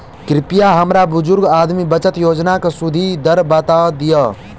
कृपया हमरा बुजुर्ग आदमी बचत योजनाक सुदि दर बता दियऽ